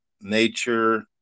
nature